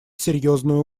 серьезную